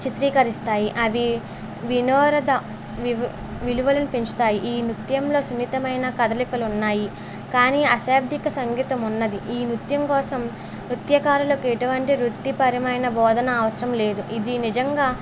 చిత్రీకరిస్తాయి అవి వినోద వివు విలువలను పెంచుతాయి ఈ నృత్యంలో సున్నితమైన కదలికలు ఉన్నాయి కానీ అశాబ్దిక సంగీతం ఉంది ఈ నృత్యం కోసం నృత్యకారులకు ఎటువంటి వృత్తిపరమైన బోధన అవసరం లేదు ఇది నిజంగా